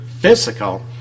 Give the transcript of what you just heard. physical